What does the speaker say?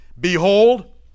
Behold